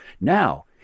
now